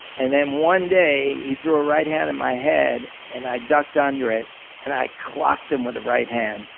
and then one day he threw a right hand at my head and i ducked under it and i clocked him with a right hand.